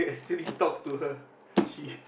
truly talk to her she